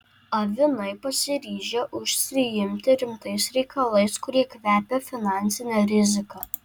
avinai pasiryžę užsiimti rimtais reikalais kurie kvepia finansine rizika